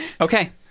Okay